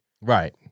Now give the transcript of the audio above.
Right